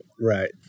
Right